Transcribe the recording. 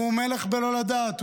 הוא מלך בלא לדעת,